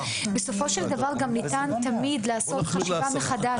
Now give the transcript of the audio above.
בסופו של דבר, גם ניתן תמיד לעשות חשיבה מחדש.